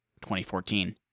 2014